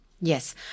Yes